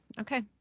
okay